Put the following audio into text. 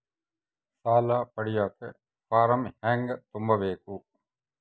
ಸಾಲ ಪಡಿಯಕ ಫಾರಂ ಹೆಂಗ ತುಂಬಬೇಕು?